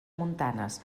montanes